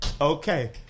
Okay